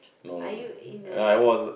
are you in the